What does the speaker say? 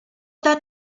that